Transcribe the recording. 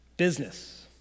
Business